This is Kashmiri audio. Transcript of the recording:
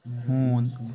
ہوٗن